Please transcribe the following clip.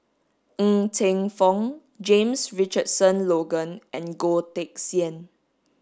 Ng Teng Fong James Richardson Logan and Goh Teck Sian